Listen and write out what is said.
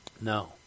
No